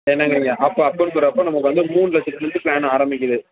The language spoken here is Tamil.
என்னங்குறீங்கள் அப்போ அப்போங்கிறப்ப நமக்கு வந்து மூணு லட்சத்திலருந்து ப்ளான் ஆரம்மிக்குது